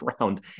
round